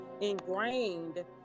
ingrained